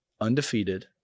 undefeated